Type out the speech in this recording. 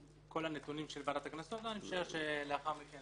כל הנתונים של ועדת הקנסות, אני משער שלאחר מכן